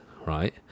right